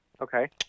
Okay